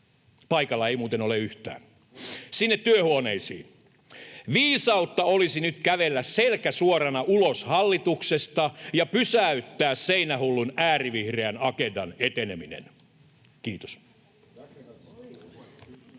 paikalla ei muuten ole yhtäkään — sinne työhuoneisiin, viisautta olisi nyt kävellä selkä suorana ulos hallituksesta ja pysäyttää seinähullun äärivihreän agendan eteneminen. — Kiitos.